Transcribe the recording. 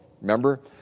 remember